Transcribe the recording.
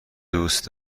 دوست